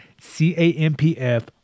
C-A-M-P-F